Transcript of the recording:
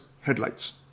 headlights